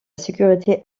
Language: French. sécurité